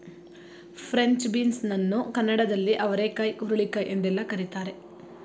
French beans ಅನ್ನು ಕನ್ನಡದಲ್ಲಿ ಅವರೆಕಾಯಿ ಹುರುಳಿಕಾಯಿ ಎಂದೆಲ್ಲ ಕರಿತಾರೆ